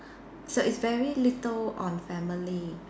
so it's very little on family